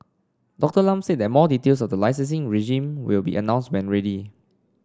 Doctor Lam said that more details of the licensing regime will be announced when ready